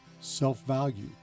self-value